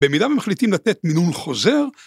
במידה ומחליטים לתת מינון חוזר